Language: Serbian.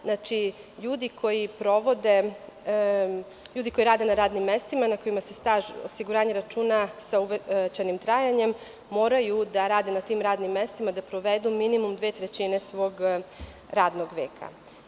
Znači, ljudi koji rade na radnim mestima na kojima se osiguranje računa sa uvećanim trajanjem moraju da rade na tim radnim mestima da provedu minimum dve trećine svog radnog veka.